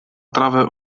trawę